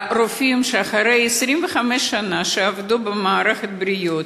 שאחרי 25 שנה שעבדו במערכת הבריאות,